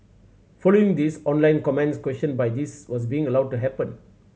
following this online comments questioned by this was being allowed to happen